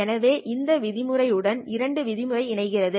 எனவே இந்த விதிமுறை உடன் இரண்டு விதிமுறை இணைகிறது